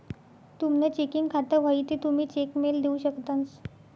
तुमनं चेकिंग खातं व्हयी ते तुमी चेक मेल देऊ शकतंस